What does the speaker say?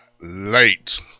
late